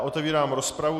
Otevírám rozpravu.